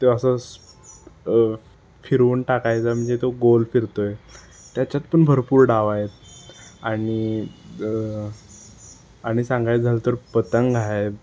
ते असंच फिरवून टाकायचा म्हणजे तो गोल फिरतो आहे त्याच्यात पण भरपूर डाव आहेत आणि आणि सांगायचं झालं तर पतंग आहे